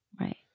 right